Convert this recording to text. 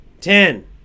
ten